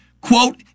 quote